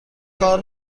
کار